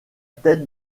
tête